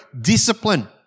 discipline